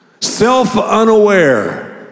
Self-unaware